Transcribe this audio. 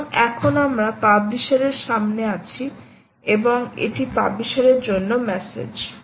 সুতরাং এখন আমরা পাবলিশারের সামনে আছি এবং এটি পাবলিশারের জন্য মেসেজ